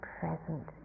present